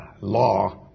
law